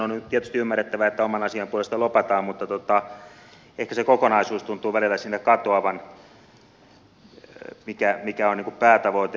on tietysti ymmärrettävää että oman asian puolesta lobataan mutta ehkä se kokonaisuus päätavoite tuntuu välillä siinä katoavan